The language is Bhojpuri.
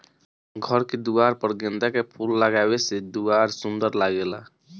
घर के दुआर पर गेंदा के फूल लगावे से दुआर सुंदर लागेला